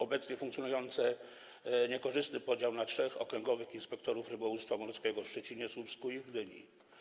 Obecnie funkcjonuje niekorzystny podział na trzech okręgowych inspektorów rybołówstwa morskiego w Szczecinie, Słupsku i w Gdyni.